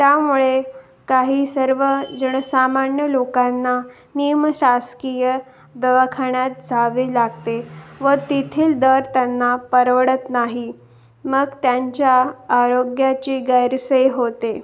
त्यामुळे काही सर्व जणसामान्य लोकांना निम शासकीय दवाखान्यात जावे लागते व तेथील दर त्यांना परवडत नाही मग त्यांच्या आरोग्याची गैरसोय होते